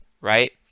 right